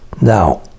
now